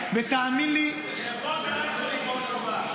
ותאמין לי --- בחברון אתה לא יכול ללמוד תורה.